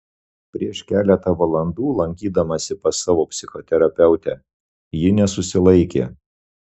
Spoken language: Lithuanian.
prieš keletą valandų lankydamasi pas savo psichoterapeutę ji nesusilaikė